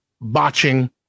botching